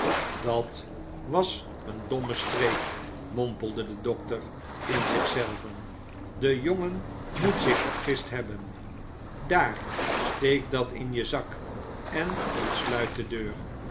dat was een domme streek mompelde de dokter in zich zelven de jongen moet zich vergist hebben daar steek dat in je zak en ontsluit de deur